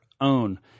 own